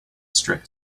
strict